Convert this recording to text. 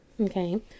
Okay